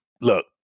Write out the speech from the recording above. look